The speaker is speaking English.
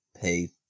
pay